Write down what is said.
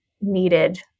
needed